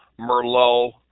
Merlot